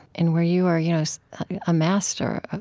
and where you are you know so a master,